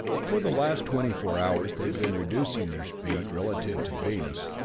for the last twenty-four hours they had been reducing their speed relative to venus,